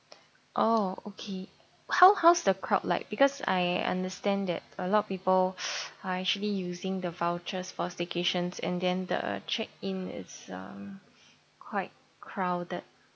oh okay how how's the crowd like because I understand that a lot of people are actually using the vouchers for staycations and then the check in is um quite crowded